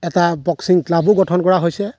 এটা বক্সিং ক্লাবো গঠন কৰা হৈছে